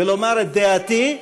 ולומר את דעתי,